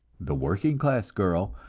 the working-class girl,